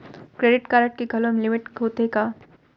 Credit card के घलव limit होथे का?